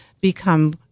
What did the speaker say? become